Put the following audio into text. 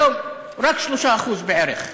היום רק 3% בערך.